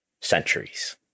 centuries